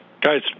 Guys